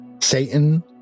Satan